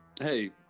Hey